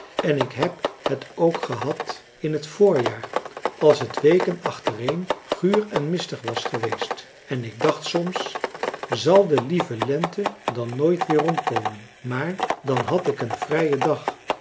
en ik heb het ook gehad in het voorjaar als het weken achtereen guur en mistig was geweest en ik dacht soms zal de lieve lente dan nooit weerom komen maar dan had ik een vrijen dag